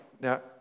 now